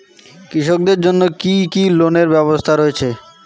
কৃষকদের জন্য কি কি লোনের ব্যবস্থা রয়েছে?